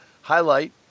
highlight